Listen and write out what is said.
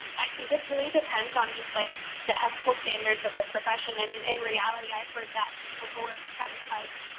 i think it really depends on just, like, the ethical standards of the profession. and, in reality, i've heard that social work kind of has